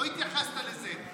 לא התייחסת לזה.